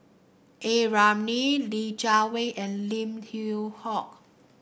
A Ramli Li Jiawei and Lim Yew Hock